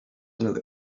another